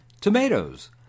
tomatoes